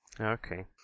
Okay